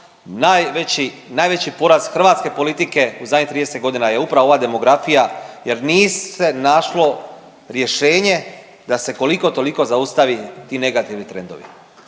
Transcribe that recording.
najveći poraz hrvatske politike u zadnjih 30 godina je upravo ova demografija jer nije se našlo rješenje da se koliko toliko zaustavi ti negativni trendovi.